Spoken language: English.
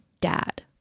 dad